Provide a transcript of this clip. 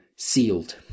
sealed